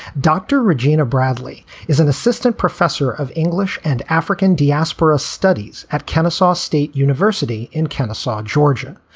dr. regina bradley is an assistant professor of english and african diaspora studies at kennesaw state university in kennesaw, georgia.